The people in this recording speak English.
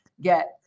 get